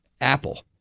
Apple